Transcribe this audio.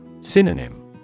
Synonym